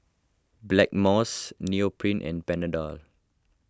Blackmores Nepro and Panadol